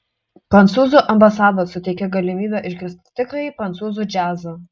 prancūzų ambasada suteikia galimybę išgirsti tikrąjį prancūzų džiazą